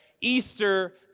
Easter